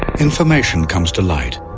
information comes to light.